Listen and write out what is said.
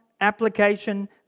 application